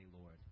Lord